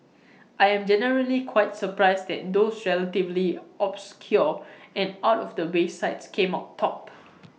I am generally quite surprised that those relatively obscure and out of the way sites came out top